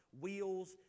wheels